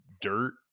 dirt